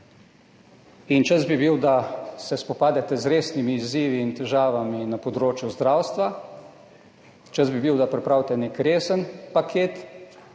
In čas bi bil, da se spopadete z resnimi izzivi in težavami na področju zdravstva. Čas bi bil, da pripravite nek resen paket